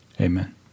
amen